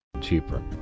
Cheaper